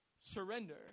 surrender